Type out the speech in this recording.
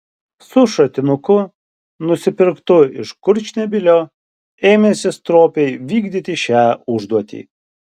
su šratinuku nusipirktu iš kurčnebylio ėmėsi stropiai vykdyti šią užduotį